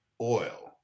Oil